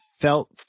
felt